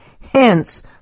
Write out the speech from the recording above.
hence